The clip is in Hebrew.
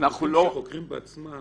גופים שחוקרים בעצמם